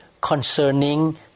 concerning